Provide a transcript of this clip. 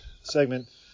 segment